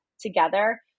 together